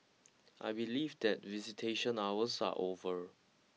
I believe that visitation hours are over